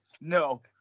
No